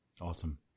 Awesome